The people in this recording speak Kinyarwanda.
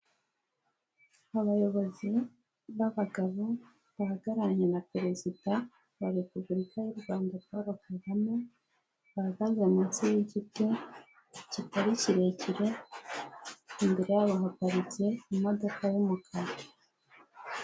Abayobozi b'abagabo bahagararanye na perezida wa repubulika y'u Rwanda Paul KAGAME, bahagaze munsi y'igiti, kitari kirekire, imbere yabo hagaritse imodoka y'umukara.